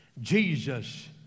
Jesus